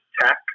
tech